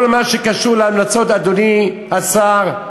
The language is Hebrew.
כל מה שקשור להמלצות, אדוני השר,